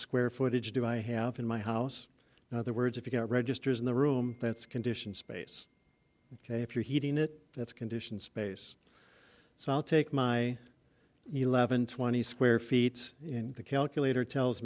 square footage do i have in my house in other words if you get registers in the room that's conditioned space ok if you're heating it that's conditioned space so i'll take my eleven twenty square feet in the calculator tells